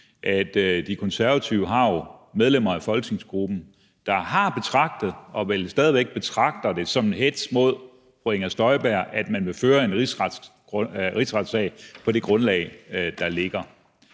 at De Konservative jo har medlemmer af folketingsgruppen, der har betragtet og vel stadig væk betragter det som en hetz mod fru Inger Støjberg, at man vil føre en rigsretssag på det grundlag, der ligger.